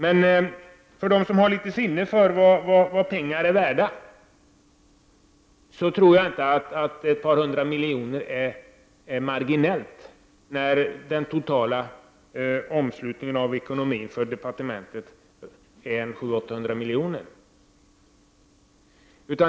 Men för dem som har litet sinne för vad pengar är värda tror jag inte att ett par hundra miljoner är marginella, om den totala omslutningen av ekonomin för ett departement är 700-800 miljoner.